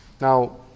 Now